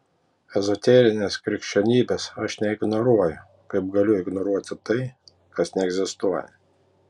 ezoterinės krikščionybės aš neignoruoju kaip galiu ignoruoti tai kas neegzistuoja